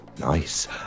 Nice